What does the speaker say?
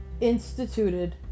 instituted